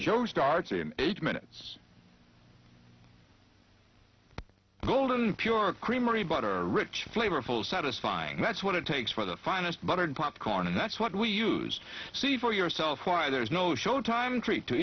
job starts in eight minutes golden pure creamery but are rich flavorful satisfying that's what it takes for the finest buttered popcorn and that's what we used to see for yourself why there's no showtime treat to